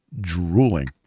drooling